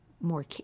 more